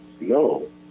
No